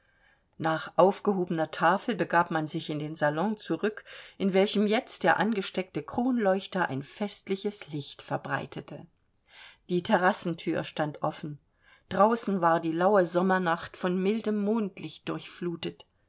nach aufgehobener tafel begab man sich in den salon zurück in welchem jetzt der angesteckte kronleuchter ein festliches licht verbreitete die terrassenthür stand offen draußen war die laue sommernacht von mildem mondlicht durchflutet